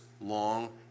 long